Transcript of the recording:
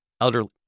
elderly